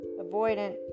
avoidant